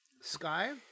Sky